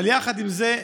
אבל יחד עם זה,